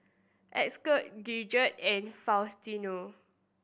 Esker Gidget and Faustino